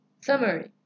summary